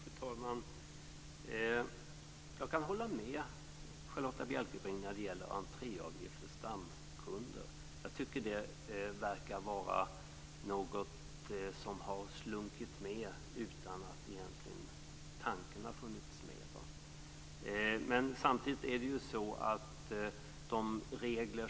Fru talman! Jag kan hålla med Charlotta Bjälkebring när det gäller entréavgifter för stamkunder. Jag tycker att det verkar vara något som har slunkit med utan att egentligen tanken har funnits med.